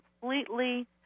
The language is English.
completely